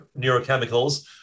neurochemicals